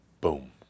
boom